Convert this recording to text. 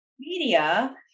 Media